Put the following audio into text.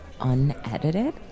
unedited